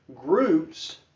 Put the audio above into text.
groups